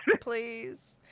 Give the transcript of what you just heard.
Please